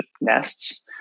Nests